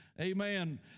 Amen